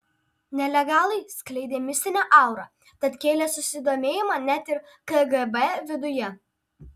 nelegalai skleidė mistinę aurą tad kėlė susidomėjimą net ir kgb viduje